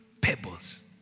pebbles